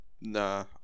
Nah